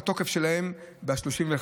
התוקף שלהן מסתיים,